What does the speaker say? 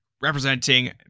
Representing